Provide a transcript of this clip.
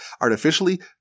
artificially